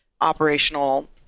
operational